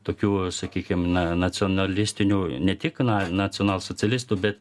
tokių sakykim na nacionalistinių ne tik na nacionalsocialistų bet